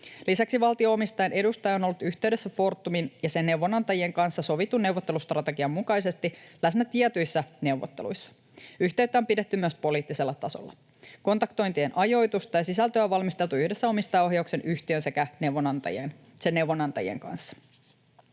Lisäksi valtio-omistajan edustaja on ollut yhdessä Fortumin ja sen neuvonantajien kanssa sovitun neuvottelustrategian mukaisesti läsnä tietyissä neuvotteluissa. Yhteyttä on pidetty myös poliittisella tasolla. Kontaktointien ajoitusta ja sisältöä on valmisteltu yhdessä omistajaohjauksen, yhtiön sekä sen neuvonantajien kanssa.